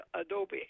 adobe